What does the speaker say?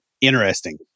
interesting